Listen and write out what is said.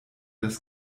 das